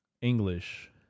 English